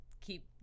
keep